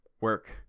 work